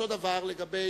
אותו דבר לגבי,